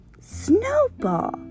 Snowball